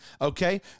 okay